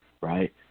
Right